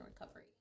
Recovery